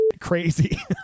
crazy